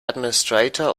administrator